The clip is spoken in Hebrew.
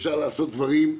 אפשר לעשות דברים,